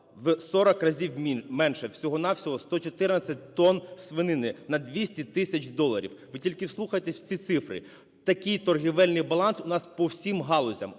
в 40 разів менше, всього-на-всього 114 тонн свинини на 200 тисяч доларів. Ви тільки вслухайтесь в ці цифри. Такий торгівельний баланс у нас по всім галузям,